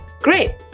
Great